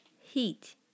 heat